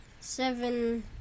seven